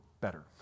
better